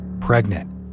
pregnant